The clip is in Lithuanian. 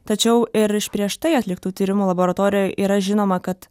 tačiau ir iš prieš tai atliktų tyrimų laboratorijoj yra žinoma kad